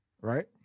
right